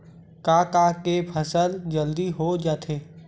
का का के फसल जल्दी हो जाथे?